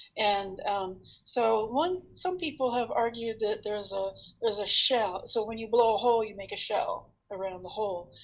and so some people have argued that there's ah there's a shell. so when you blow a hole, you make a shell around the hole.